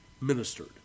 ministered